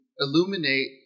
illuminate